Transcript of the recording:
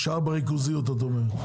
נשאר בריכוזיות, את אומרת.